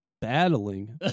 Battling